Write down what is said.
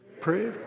Pray